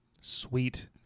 Sweet